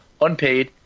unpaid